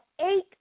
eight